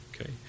okay